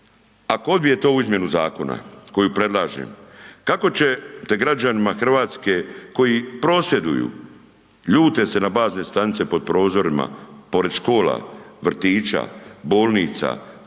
ako odbijete ovu izmjenu zakona koju predlažem kako ćete građanima RH koji prosvjeduju, ljute se na bazne stanice pod prozorima, pored škola, vrtića, bolnica,